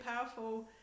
powerful